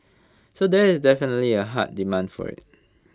so there is definitely A hard demand for IT